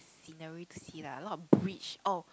scenery to see lah a lot of bridge oh